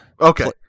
Okay